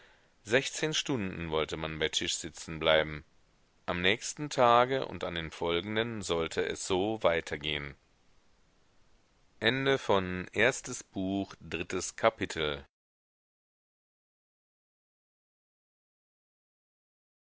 sechzehn stunden wollte man bei tisch sitzen bleiben am nächsten tage und an den folgenden sollte es so weitergehen viertes kapitel